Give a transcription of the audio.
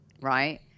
right